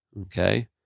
okay